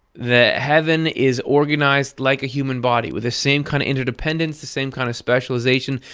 that heaven is organized like a human body, with the same kind of interdependence, the same kind of specialization,